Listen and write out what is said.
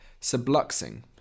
Subluxing